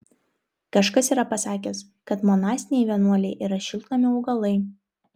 kažkas yra pasakęs kad monastiniai vienuoliai yra šiltnamio augalai